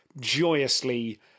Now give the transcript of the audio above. joyously